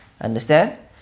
understand